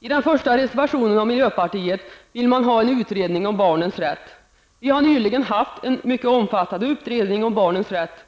I den första av reservationerna av miljöpartiet vill man ha en ny utredning om barnens rätt. Vi har nyligen haft en mycket omfattande utredning om barnens rätt.